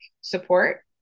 support